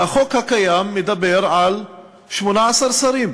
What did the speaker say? והחוק הקיים מדבר על 18 שרים,